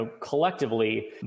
collectively